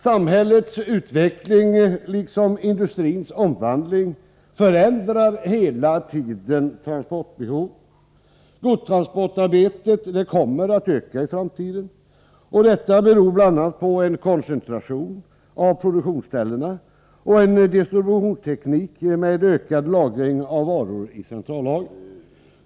Samhällets utveckling, liksom industrins omvandling, förändrar hela tiden transportbehoven. Godstransportarbetet kommer att öka i framtiden, och detta beror bl.a. på en koncentration av produktionsställena och en distributionsteknik med ökad lagring av varor i centrallager.